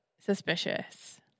suspicious